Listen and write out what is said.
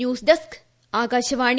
news desk Akashvani